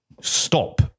stop